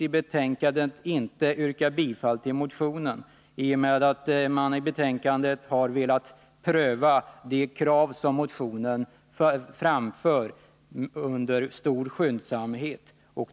I betänkandet anförs att man med stor skyndsamhet vill pröva de krav som framförs i motionen.